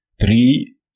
Three